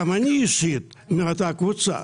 גם אני אישית מאותה קבוצה.